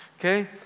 Okay